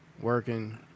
Working